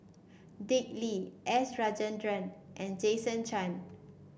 Dick Lee S Rajendran and Jason Chan